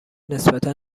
نسبتا